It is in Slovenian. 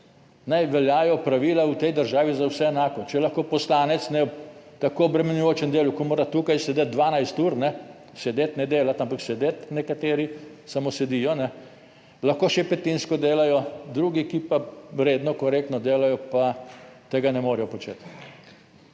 veljajo pravila v tej državi za vse enako. Če je lahko poslanec ob tako obremenjujočem delu, ko mora tukaj sedeti 12 ur, sedeti, ne delati, ampak sedeti, nekateri samo sedijo, lahko še petinsko delajo, drugi, ki pa redno korektno delajo, pa tega ne morejo počet,